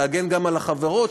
להגן גם על החברות,